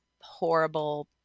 horrible